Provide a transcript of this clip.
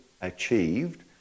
achieved